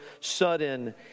sudden